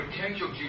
potential